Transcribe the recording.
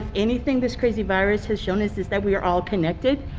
anything this crazy virus has shown us is that we are all connected,